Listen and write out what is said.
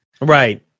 right